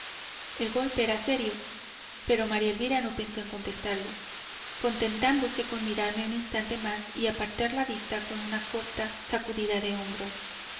el golpe era serio pero maría elvira no pensó en contestarlo contentándose con mirarme un instante más y apartar la vista con una corta sacudida de hombros